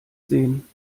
sehen